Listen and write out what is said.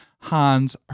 Hans